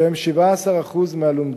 שהם 17% מהלומדים,